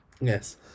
Yes